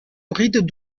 bride